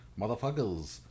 Motherfuckers